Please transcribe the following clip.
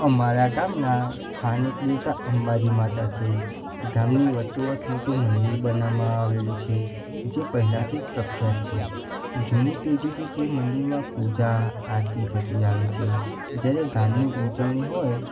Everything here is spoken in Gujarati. અમારા ગામના સ્થાનિક દેવતા અંબાજી માતા છે ગામની વચ્ચોવચ્ચ મોટું મંદિર બનાવવામાં આવેલું છે જે પહેલાંથી જ પ્રખ્યાત છે જૂની પેઢીથી તે મંદિરમાં પૂજા આરતી થતી આવે છે જ્યારે ગામની ઉજવણી હોય